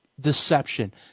deception